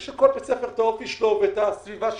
יש לכל בית ספר את האופי שלו ואת הסביבה שלו,